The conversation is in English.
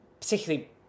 particularly